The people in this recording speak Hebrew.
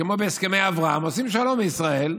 כמו בהסכמי אברהם, ועושים שלום ישראל.